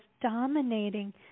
dominating